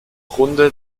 runde